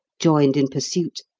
joined in pursuit,